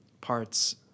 parts